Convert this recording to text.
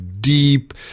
deep